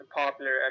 popular